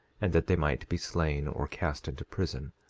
and that they might be slain or cast into prison,